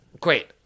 Great